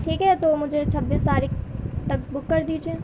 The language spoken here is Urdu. ٹھیک ہے تو مجھے چھبیس تاریخ تک بک کر دیجیے